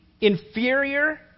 inferior